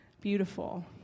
beautiful